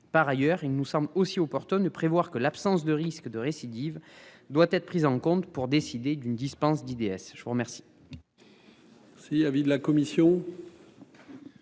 Par ailleurs, il nous semble aussi au Porto ne prévoir que l'absence de risque de récidive doit être prise en compte pour décider d'une dispense d'IDS je vous remercie.